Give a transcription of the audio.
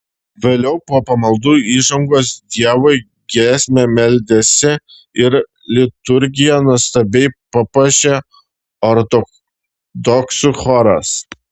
vėliau po pamaldų įžangos dievui giesme meldėsi ir liturgiją nuostabiai papuošė ortodoksų choras